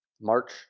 March